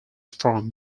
from